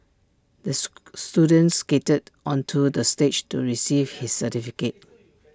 the student skated onto the stage to receive his certificate